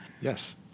Yes